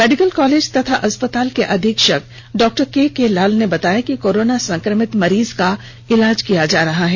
medical college एवं अस्पताल के अधीक्षक डॉ केके लाल ने बताया कि कोरोना संक्रमित मरीज का इलाज किया जा रहा है